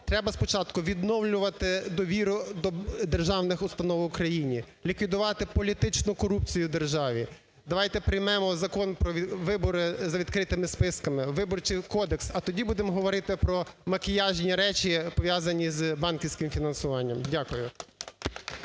треба спочатку відновлювати довіру до державних установ у країні, ліквідувати політичну корупцію в державі. Давайте приймемо Закон про вибори за відкритими списками, Виборчий кодекс, а тоді будемо говорити промакіяжні речі, пов'язані з банківським фінансуванням. Дякую.